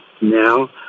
now